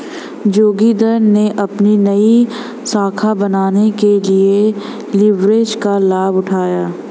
जोगिंदर ने अपनी नई शाखा बनाने के लिए लिवरेज का लाभ उठाया